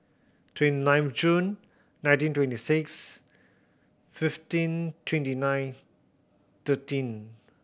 twenty nine of June nineteen twenty six fifteen twenty nine thirteen